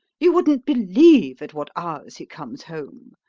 you wouldn't believe at what hours he comes home.